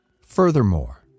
Furthermore